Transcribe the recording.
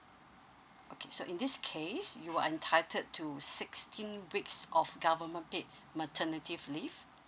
okay so in this case you are entitled to sixteen weeks of government paid maternity leave